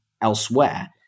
elsewhere